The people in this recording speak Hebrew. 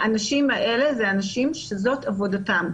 האנשים האלה אלה האנשים שזו עבודתם,